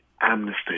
amnesty